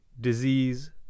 disease